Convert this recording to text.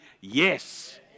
yes